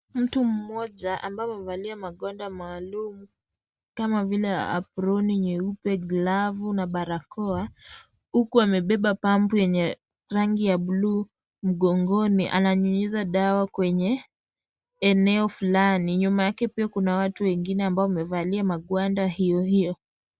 Mtu mmoja ambaye amevalia magwanda maalum kama vile aproni nyeupe, glavu na barakoa huku amebeba pampu yenye rangi ya bluu mkongoni. Ananyunyiza dawa kwenye eneo fulani, nyuma yake pia kuna watu wengine ambao wamevalia magwanda hiyo hiyo.